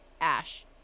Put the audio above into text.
ash